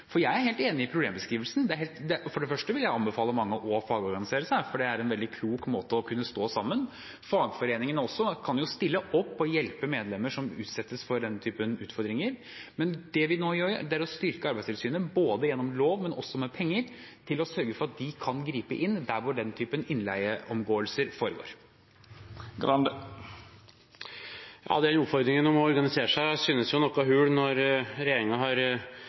For jeg er helt enig i problembeskrivelsen. For det første vil jeg anbefale mange å fagorganisere seg, for det er en veldig klok måte å kunne stå sammen på. Fagforeningene kan også stille opp og hjelpe medlemmer som utsettes for den typen utfordringer. Men det vi nå gjør, er å styrke Arbeidstilsynet, både gjennom lov og med penger, for å sørge for at de kan gripe inn der hvor den typen innleieomgåelser foregår. Den oppfordringen om å organisere seg synes jo noe hul når regjeringen år for år har